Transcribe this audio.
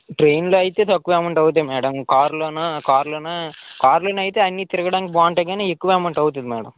ట్రైన్లో అయితే తక్కువే అమౌంట్ అవుతాయి మేడం కార్లో కార్లో కార్లో అయితే అన్నీ తిరగడానికి బాగుంటాయి కాని ఎక్కువ అమౌంట్ అవుతుంది మేడం